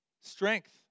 strength